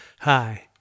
Hi